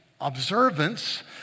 observance